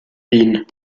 wien